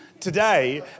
today